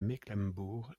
mecklembourg